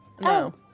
No